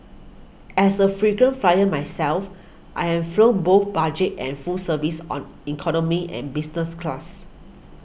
as a frequent flyer myself I've flown both budget and full service on economy and business class